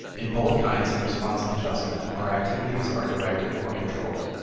in both kinds of responsive adjustment, our activities are directed or controlled.